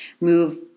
move